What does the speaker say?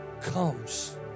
comes